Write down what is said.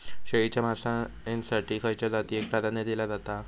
शेळीच्या मांसाएसाठी खयच्या जातीएक प्राधान्य दिला जाता?